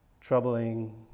Troubling